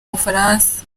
bufaransa